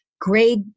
grade